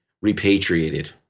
repatriated